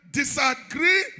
disagree